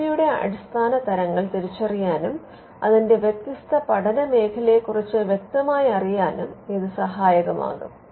I പിയുടെ അടിസ്ഥാന തരങ്ങൾ തിരിച്ചറിയാനും അതിന്റെ വ്യത്യസ്ത പഠനമേഖലയെ കുറിച്ച് വ്യക്തമായി അറിയുന്നതിന് ഇത് സഹായകമാകും